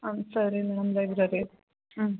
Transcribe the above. ಹಾಂ ಸರಿ madam library ಹ್ಞೂ